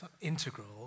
integral